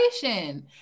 celebration